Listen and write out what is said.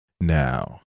now